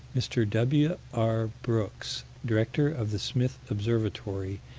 mr. w r. brooks, director of the smith observatory,